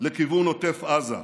לכיוון עוטף עזה.